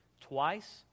twice